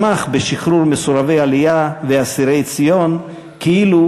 שמח בשחרור מסורבי עלייה ואסירי ציון כאילו